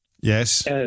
Yes